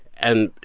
and,